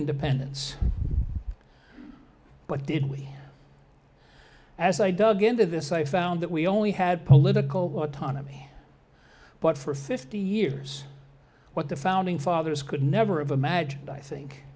independence but did we as i dug into this i found that we only had political what tanami but for fifty years what the founding fathers could never of imagined i think